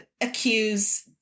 accuse